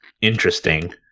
Interesting